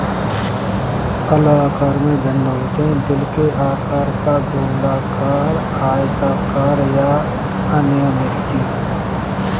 फल आकार में भिन्न होते हैं, दिल के आकार का, गोलाकार, आयताकार या अनियमित